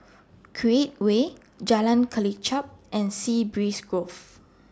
Create Way Jalan Kelichap and Sea Breeze Grove